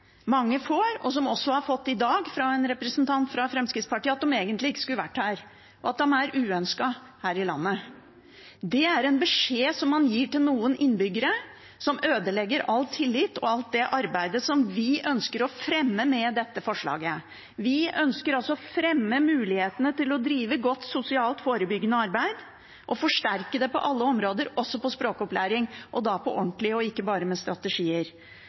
mange får, og som de også har fått i dag fra en representant fra Fremskrittspartiet – at de egentlig ikke skulle vært her, og at de er uønsket her i landet. Det er en beskjed man gir til noen innbyggere, og det ødelegger all tillit og alt det arbeidet som vi ønsker å fremme med dette forslaget. Vi ønsker å fremme mulighetene til å drive godt sosialt forebyggende arbeid og forsterke det på alle områder, også på språkopplæring – og da på ordentlig og ikke bare med strategier.